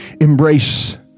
Embrace